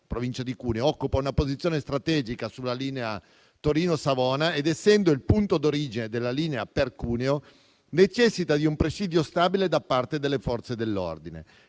di Fossano (Cuneo) occupa una posizione strategica sulla linea Torino-Savona ed essendo il punto d'origine della linea per Cuneo, necessita di un presidio stabile da parte delle Forze dell'ordine.